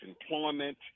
employment